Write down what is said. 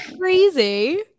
crazy